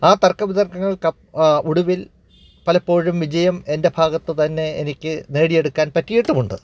ആ തർക്ക വിതർക്കങ്ങൾക്കപ്പ് ഒടുവിൽ പലപ്പോഴും വിജയം എൻ്റെ ഭാഗത്തു തന്നെ എനിക്ക് നേടിയെടുക്കാൻ എനിക്ക് പറ്റിയിട്ടുമുണ്ട്